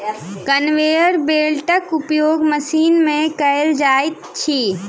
conveyor बेल्टक उपयोग machine मे कयल जाइत अछि